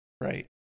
Right